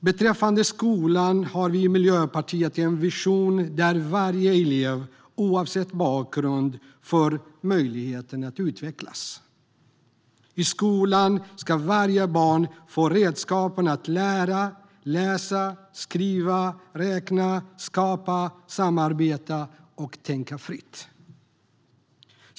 Beträffande skolan har vi i Miljöpartiet en vision där varje elev, oavsett bakgrund, får möjlighet att utvecklas. I skolan ska varje barn få redskapen att lära, läsa, skriva, räkna, skapa, samarbeta och tänka fritt.